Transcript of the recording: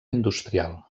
industrial